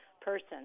person